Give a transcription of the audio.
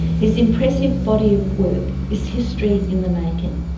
his impressive body of work is history in the making.